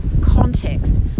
context